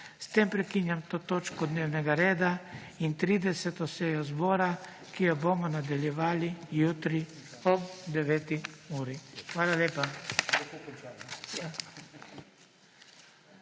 S tem prekinjam to točko dnevnega reda in 30. sejo zbora, ki jo bomo nadaljevali jutri ob 9. uri. Hvala lepa.